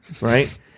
Right